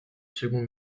second